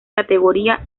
categoría